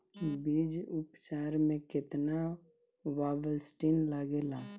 बीज उपचार में केतना बावस्टीन लागेला?